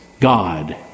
God